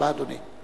תודה רבה, אדוני.